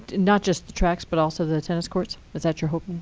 not just the tracks, but also the tennis courts, is that your hope?